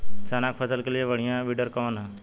चना के फसल के लिए बढ़ियां विडर कवन ह?